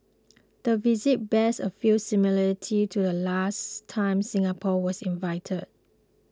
the visit bears a few similarities to the last time Singapore was invited